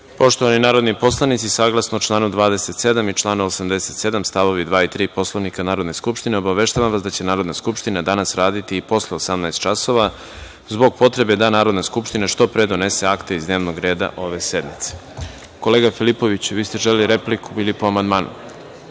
raspravi. Poštovani narodni poslanici, saglasno članu 27. i članu 87. stavovi 2. i 3. Poslovnika Narodne skupštine, obaveštavam vas da će Narodna skupština raditi i posle 18.00 časova zbog potrebe da Narodna skupština što pre donese akte iz dnevnog reda ove sednice. Kolega Filipoviću, vi ste želeli repliku ili po